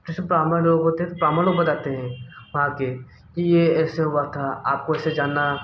जैसे ब्राह्मण लोग होते हैं ब्राह्मण लोग बताते हैं वहाँ के कि ये ऐसे हुआ था आपको इसे जानना